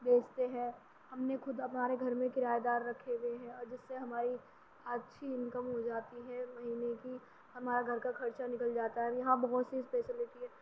بیچتے ہیں ہم نے خود ہمارے گھر میں کرایہ دار رکھے ہوئے ہیں اور جس سے ہماری اچھی انکم ہو جاتی ہے مہینے کی ہمارے گھر کا خرچہ نکل جاتا ہے یہاں بہت سی فیسلیٹی ہے